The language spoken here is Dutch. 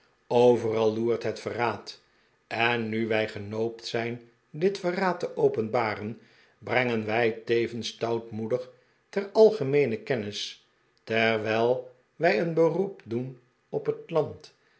overal loert het verraad en nu wij genoopt zijn dit verraad te openbaren brengen wij tevens stoutmoedig teralgemeene kennis terwijl wij een beroep doen op het land